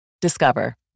Discover